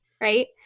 right